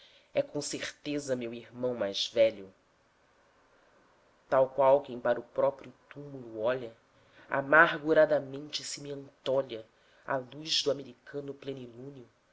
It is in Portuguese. é com certeza meu irmão mais velho tal qual quem para o próprio túmulo olha amarguradamente se me antolha à luz do americano